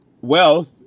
wealth